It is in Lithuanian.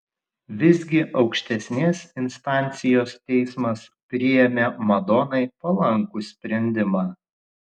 visgi aukštesnės instancijos teismas priėmė madonai palankų sprendimą